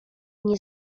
nie